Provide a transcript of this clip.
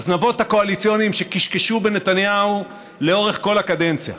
לזנבות הקואליציוניים שכשכשו בנתניהו לאורך כל הקדנציה.